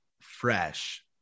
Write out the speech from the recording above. fresh